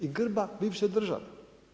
I grba bivše države.